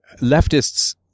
Leftists